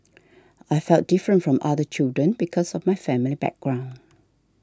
I felt different from other children because of my family background